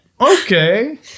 Okay